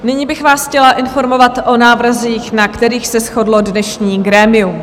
Nyní bych vás chtěla informovat o návrzích, na kterých se shodlo dnešní grémium.